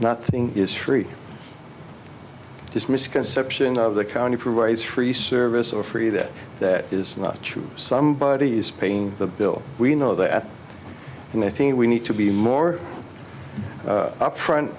nothing is free this misconception of the county provides free service or free that that is not true somebody is paying the bill we know that and i think we need to be more upfront